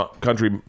country